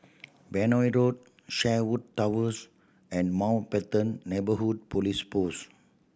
Benoi Road Sherwood Towers and Mountbatten Neighbourhood Police Post